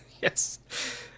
Yes